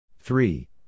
Three